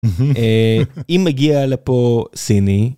אם מגיע לפה סיני.